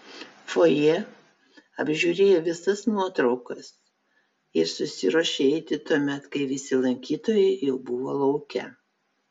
fojė apžiūrėjo visas nuotraukas ir susiruošė eiti tuomet kai visi lankytojai jau buvo lauke